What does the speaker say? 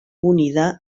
unida